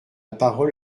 parole